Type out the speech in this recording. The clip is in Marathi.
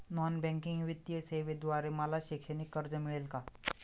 नॉन बँकिंग वित्तीय सेवेद्वारे मला शैक्षणिक कर्ज मिळेल का?